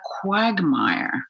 quagmire